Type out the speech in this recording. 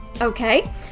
Okay